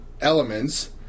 elements